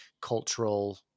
cultural